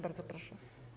Bardzo proszę.